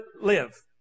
live